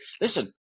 listen